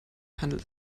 handelt